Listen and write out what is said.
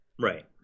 right